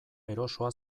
erosoa